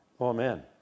Amen